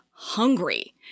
hungry